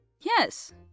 Yes